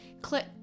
click